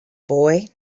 boy